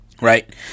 Right